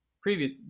Previous